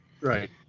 Right